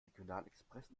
regionalexpress